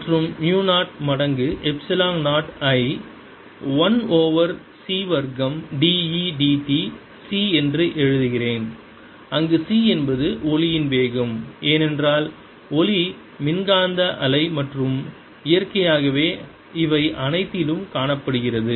மற்றும் மு 0 மடங்கு எப்சிலன் 0 ஐ 1 ஓவர் C வர்க்கம் d E d t C என்று எழுதுகிறேன் அங்கு C என்பது ஒளியின் வேகம் ஏனென்றால் ஒளி மின்காந்த அலை மற்றும் இயற்கையாகவே இவை அனைத்திலும் காணப்படுகிறது